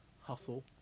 hustle